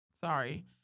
Sorry